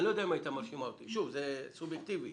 שוב, זה סובייקטיבי.